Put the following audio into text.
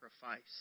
sacrifice